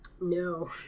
No